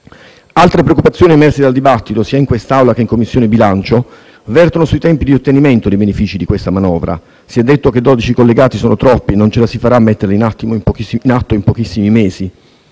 Altre preoccupazioni emerse dal dibattito sia in quest'Aula che in Commissione bilancio vertono sui tempi di ottenimento dei benefici di questa manovra. Si è detto che dodici collegati sono troppi e non ce la si farà a metterli in atto in pochissimi mesi,